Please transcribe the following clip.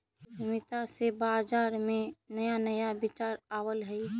उद्यमिता से बाजार में नया नया विचार आवऽ हइ